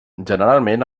generalment